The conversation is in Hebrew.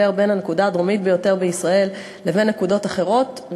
בין הנקודה הדרומית ביותר בישראל לבין נקודות אחרות,